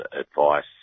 advice